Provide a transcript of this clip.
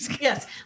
Yes